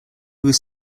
was